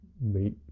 meat